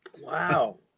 Wow